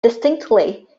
distinctly